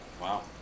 wow